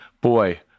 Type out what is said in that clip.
boy